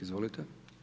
Izvolite.